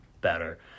better